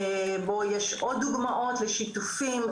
בו יש עוד דוגמאות לשיתופים,